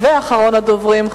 ואחרון הדוברים,